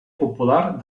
popular